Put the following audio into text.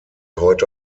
heute